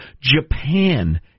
Japan